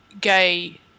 gay